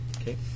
Okay